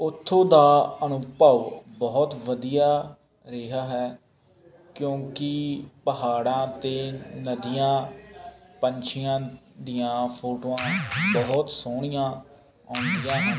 ਉੱਥੋਂ ਦਾ ਅਨੁਭਵ ਬਹੁਤ ਵਧੀਆ ਰਿਹਾ ਹੈ ਕਿਉਂਕਿ ਪਹਾੜਾਂ ਅਤੇ ਨਦੀਆਂ ਪੰਛੀਆਂ ਦੀਆਂ ਫੋਟੋਆਂ ਬਹੁਤ ਸੋਹਣੀਆਂ ਆਉਂਦੀਆਂ ਹਨ